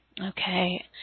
Okay